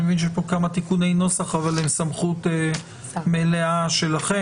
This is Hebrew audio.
אני מבין שיש כאן כמה תיקוני נוסח אבל הם סמכות מלאה שלכם.